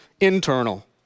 internal